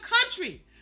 country